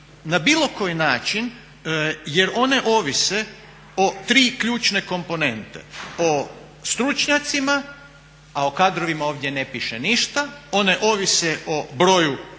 na bilo koji način jer one ovise o tri ključne komponente o stručnjacima a o kadrovima ovdje ne piše ništa, one ovise o broju aparature